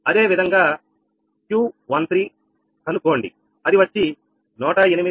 అదేవిధంగా Q13 కనుక్కోండి అది వచ్చి108